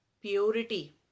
purity